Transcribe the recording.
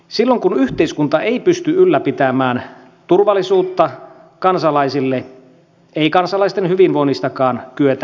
silloin kun yhteiskunta ei pysty ylläpitämään turvallisuutta kansalaisille ei kansalaisten hyvinvoinnistakaan kyetä huolehtimaan